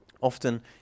often